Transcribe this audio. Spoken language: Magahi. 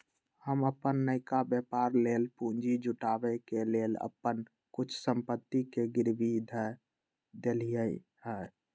हम अप्पन नयका व्यापर लेल पूंजी जुटाबे के लेल अप्पन कुछ संपत्ति के गिरवी ध देलियइ ह